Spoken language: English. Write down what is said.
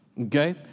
Okay